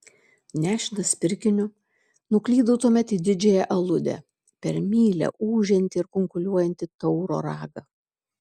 nešinas pirkiniu nuklydau tuomet į didžiąją aludę per mylią ūžiantį ir kunkuliuojantį tauro ragą